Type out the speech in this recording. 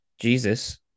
Jesus